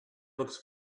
looks